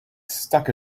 stuck